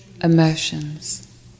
Emotions